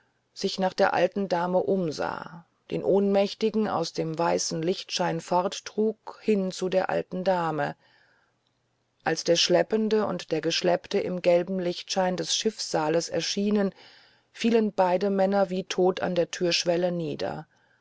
sich nach der alten dame umsah den ohnmächtigen aus dem weißen lichtschein forttrug hin zu der alten dame als der schleppende und der geschleppte im gelben lichtschein des schiffssaales erschienen fielen beide männer wie tot an der türschwelle nieder